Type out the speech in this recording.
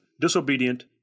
disobedient